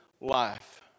life